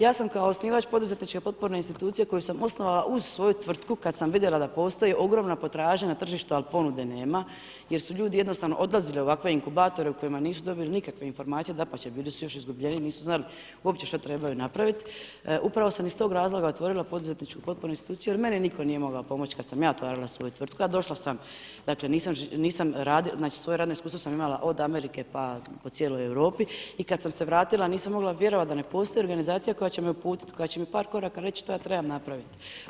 Ja sam kao osnivač poduzetničke potporne institucije koju sam osnovala uz svoju tvrtku, kada sam vidjela da postoji ogromna potražnja na tržištu, al ponude nema, jer su ljudi jednostavno odlazili u ovakve inkubatore u kojima nisu dobili nikakve informacije, dapače bili su još izgubljeniji, nisu znali uopće što trebaju napraviti, upravo sam iz tog razloga otvorila poduzetničku potpornu instituciju jer meni nitko nije mogao pomoć kad sam ja otvarala svoju tvrtku, a došla sam, znači svoje radno iskustvo sam imala od Amerike pa po cijeloj Europi i kad sam se vratila nisam mogla vjerovat da ne postoji organizacija koja će me uputit, koja će mi par koraka reći što ja trebam napravit.